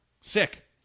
Sick